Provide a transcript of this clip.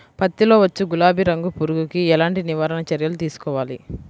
పత్తిలో వచ్చు గులాబీ రంగు పురుగుకి ఎలాంటి నివారణ చర్యలు తీసుకోవాలి?